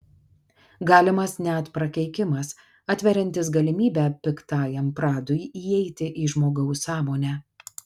galimas net prakeikimas atveriantis galimybę piktajam pradui įeiti į žmogaus sąmonę